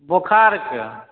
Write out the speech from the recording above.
बोखारके